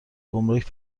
گمرک